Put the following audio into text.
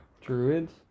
Druids